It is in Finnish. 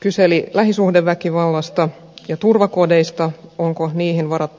kyseli lähisuhdeväkivallasta ja turvakodeista onko niihin varattu riittävästi rahaa